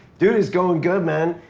dude, it's going good man.